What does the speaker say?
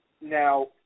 Now